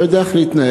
לא יודע איך להתנהג,